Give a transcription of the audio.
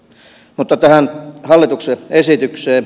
mutta tähän hallituksen esitykseen